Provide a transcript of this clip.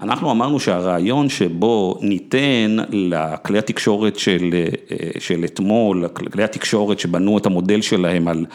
‫אנחנו אמרנו שהרעיון שבו ניתן ‫לכלי התקשורת של אתמול, ‫כלי התקשורת שבנו את המודל שלהם ‫על...